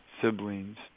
siblings